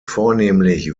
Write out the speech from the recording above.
vornehmlich